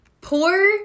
poor